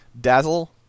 Dazzle